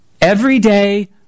everyday